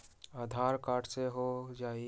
आधार card से हो जाइ?